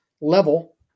level